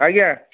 ଆଜ୍ଞା